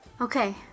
Okay